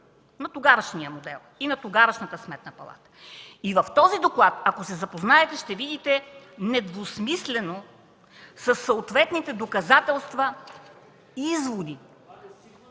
на тогавашния модел и на тогавашната Сметна палата. В този доклад, ако се запознаете, ще видите недвусмислени изводи със съответните доказателства, че